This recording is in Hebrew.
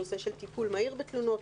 הנושא של טיפול מהיר בתלונות.